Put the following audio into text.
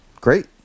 Great